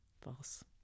False